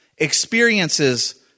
experiences